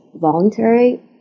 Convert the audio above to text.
voluntary